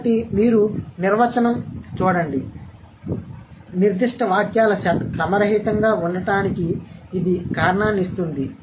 కాబట్టి మీరూ నిర్వచనం అని చూడండి నిర్దిష్ట వాక్యాల సెట్ క్రమరహితంగా ఉండటానికి ఇది కారణాన్ని ఇస్తుంది